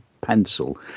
pencil